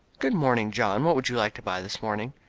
good morning, john, what would you like to buy this morning.